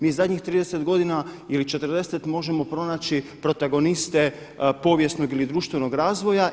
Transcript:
Mi zadnjih 30 godina ili 40 možemo pronaći protagoniste povijesnog ili društvenog razvoja.